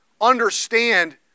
understand